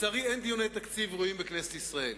לצערי אין דיוני תקציב ראויים בכנסת ישראל.